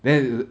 then